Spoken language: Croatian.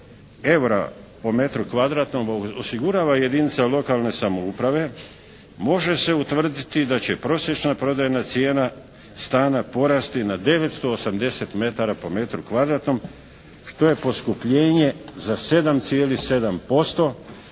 evra po metru kvadratnom osigurava jedinica lokalne samouprave može se utvrditi da će prosječna prodajna cijena stana porasti na 980 metara po metru kvadratnom, što je poskupljenje za 7,7%